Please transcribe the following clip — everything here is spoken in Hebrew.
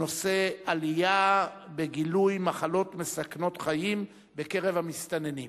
בנושא: עלייה בגילוי מחלות מסכנות חיים בקרב המסתננים.